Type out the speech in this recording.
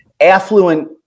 affluent